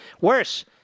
Worse